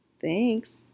Thanks